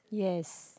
yes